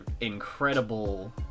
incredible